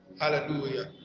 Hallelujah